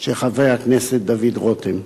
של חבר הכנסת דוד רותם: